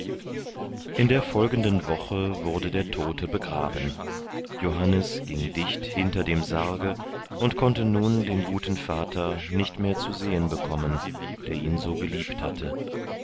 in der folgenden woche wurde der tote begraben johannes ging dicht hinter dem sarge und konnte nun den guten vater nicht mehr zu sehen bekommen der ihn so geliebt hatte